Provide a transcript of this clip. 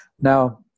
Now